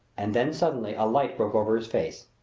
and then suddenly a light broke over his face.